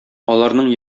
аларның